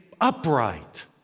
upright